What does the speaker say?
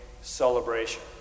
celebration